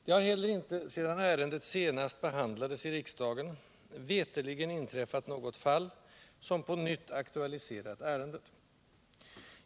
Det har heller inte, sedan ärendet senast behandlades i riksdagen, veterligen inträffat något fall som på nytt aktualiserat ärendet.